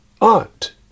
Aunt